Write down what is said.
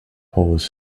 hawes